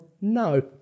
no